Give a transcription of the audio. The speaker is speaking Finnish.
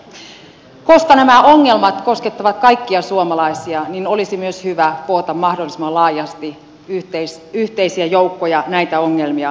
koska nämä ongelmat koskettavat kaikkia suomalaisia niin olisi myös hyvä koota mahdollisimman laajasti yhteisiä joukkoja näitä ongelmia ratkaisemaan